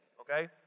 okay